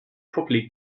properly